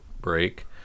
break